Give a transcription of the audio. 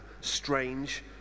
strange